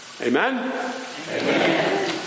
Amen